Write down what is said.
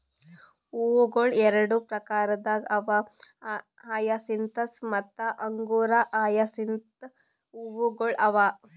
ಹೂವುಗೊಳ್ ಎರಡು ಪ್ರಕಾರದಾಗ್ ಅವಾ ಹಯಸಿಂತಸ್ ಮತ್ತ ಅಂಗುರ ಹಯಸಿಂತ್ ಹೂವುಗೊಳ್ ಅವಾ